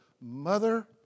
mother